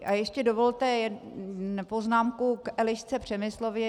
A ještě dovolte poznámku k Elišce Přemyslovně.